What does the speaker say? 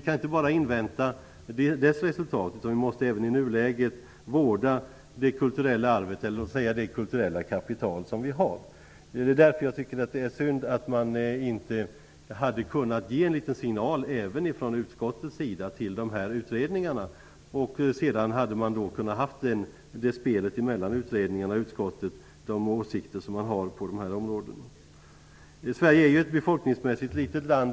kan inte invänta utredningarnas resultat, utan vi måste även i nuläget vårda det kulturella arvet, det kulturella kapital som vi har. Därför tycker jag att det är synd att man inte har kunnat ge en liten signal från utskottets sida till utredningarna. Sedan hade man kunnat väga åsikterna på området mellan utredningarna och utskottet. Sverige är ju ett befolkningsmässigt litet land.